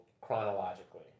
chronologically